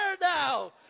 now